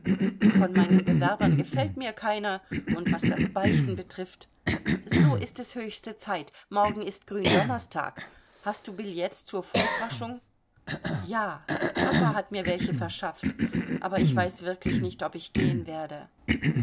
von meinen bewerbern gefällt mir keiner und was das beichten betrifft so ist es höchste zeit morgen ist gründonnerstag hast du billets zur fußwaschung ja papa hat mir welche verschafft aber ich weiß wirklich nicht ob ich gehen werde